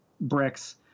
bricks